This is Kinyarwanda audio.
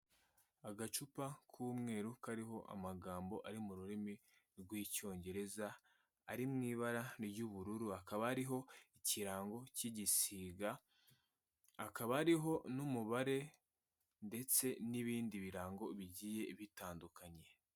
Agacupa k'umweru kariho amagambo ari mu rurimi rw'Icyongereza, ari mu ibara ry'ubururu, hakaba hariho ikirango cy'igisiga, hakaba hariho n'umubare ndetse n'ibindi birango bigiye bitandukanye.